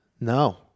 No